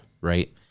right